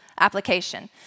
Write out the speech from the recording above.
application